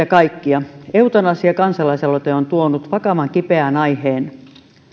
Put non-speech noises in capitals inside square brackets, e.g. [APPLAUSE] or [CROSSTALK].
[UNINTELLIGIBLE] kaikkia eutanasia kansalaisaloite on tuonut vakavan ja kipeän aiheen